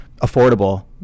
affordable